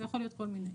זה יכול להיות כל מיני.